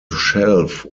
shelf